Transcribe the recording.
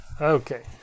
Okay